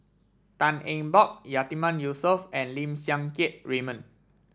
Tan Eng Bock Yatiman Yusof and Lim Siang Keat Raymond